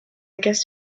guess